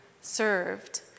served